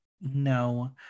No